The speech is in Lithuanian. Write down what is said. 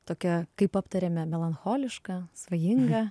tokia kaip aptarėme melancholiška svajinga